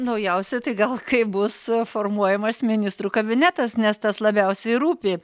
naujausi tai gal kai bus formuojamas ministrų kabinetas nes tas labiausiai rūpi